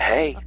Hey